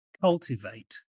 cultivate